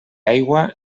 aigua